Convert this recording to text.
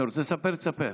אתה רוצה לספר, ספר.